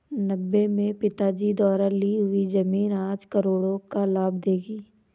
नब्बे में पिताजी द्वारा ली हुई जमीन आज करोड़ों का लाभ देगी